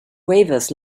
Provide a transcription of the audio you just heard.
waivers